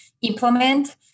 implement